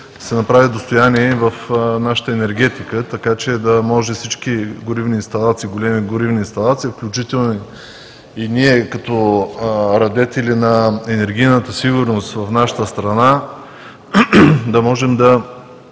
се направи достояние и в нашата енергетика така, че да може всички големи горивни инсталации, включително и ние като радетели на енергийната сигурност в нашата страна да направим